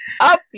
up